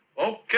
Okay